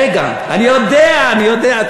רגע, אני יודע, אני יודע.